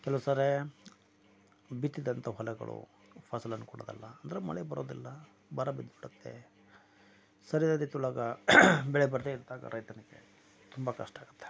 ಕೆಲವುಸಾರಿ ಬಿತ್ತಿದಂತ ಹೊಲಗಳು ಫಸಲನ್ನು ಕೊಡೋದಿಲ್ಲ ಅಂದರೆ ಮಳೆ ಬರೋದಿಲ್ಲ ಬರ ಬಿದ್ದು ಬಿಡುತ್ತೆ ಸರಿಯಾದ ರೀತಿಯೊಳಗೆ ಬೆಳೆ ಬರದೆ ಇದ್ದಾಗ ರೈತನಿಗೆ ತುಂಬ ಕಷ್ಟ ಆಗುತ್ತೆ